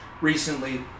Recently